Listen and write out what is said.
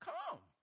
Come